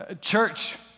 Church